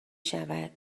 شود